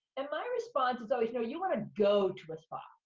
and my response is always, no, you wanna go to a spa,